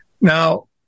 Now